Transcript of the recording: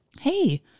Hey